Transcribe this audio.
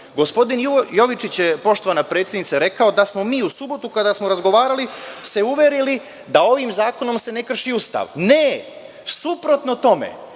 Jovičić je, poštovana predsednice, rekao da smo mi u subotu, kada smo razgovarali, se uverili da se ovim zakonom ne krši Ustav. Ne, suprotno tome.